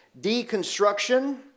Deconstruction